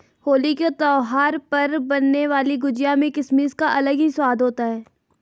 होली के त्यौहार पर बनने वाली गुजिया में किसमिस का अलग ही स्वाद होता है